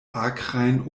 akrajn